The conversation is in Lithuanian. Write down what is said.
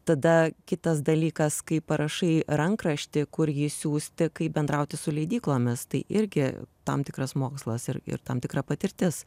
tada kitas dalykas kai parašai rankraštį kur jį siųsti kaip bendrauti su leidyklomis tai irgi tam tikras mokslas ir ir tam tikra patirtis